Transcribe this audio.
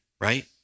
right